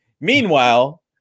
Meanwhile